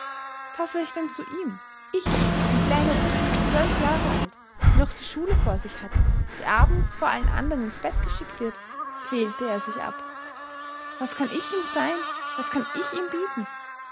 passe ich denn zu ihm ich ein kleiner bub zwölf jahre alt der noch die schule vor sich hat der abends vor allen andern ins bett geschickt wird quälte er sich ab was kann ich ihm sein was kann ich ihm bieten